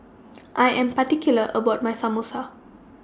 I Am particular about My Samosa